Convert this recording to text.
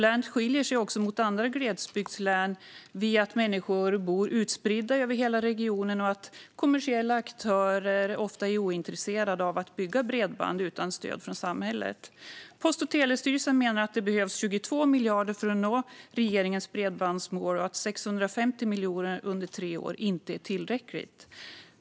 Länet skiljer sig också från andra glesbygdslän genom att människor bor utspridda över hela regionen och att kommersiella aktörer ofta är ointresserade av att bygga bredband utan stöd från samhället. Post och telestyrelsen menar att det behövs 22 miljarder för att nå regeringens bredbandsmål och att 650 miljoner under tre år inte är tillräckligt.